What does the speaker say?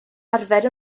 arfer